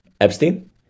epstein